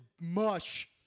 mush